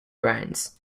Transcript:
brands